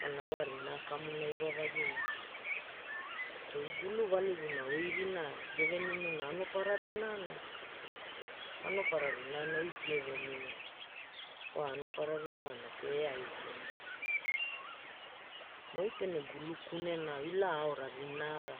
Kwalana wa rinaa kamuna iwa vagina oi gulu valiguna oi rinaa gevenimu anopara rinaana. Anopara rinaana oi pie venimu, wa anopara rinaana pe eaikina. Na oi pene gulu kunena, ila aora rinaara,